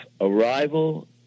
Arrival